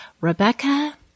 Rebecca